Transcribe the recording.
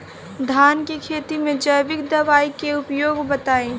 धान के खेती में जैविक दवाई के उपयोग बताइए?